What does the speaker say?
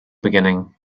beginning